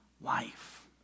life